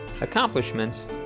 accomplishments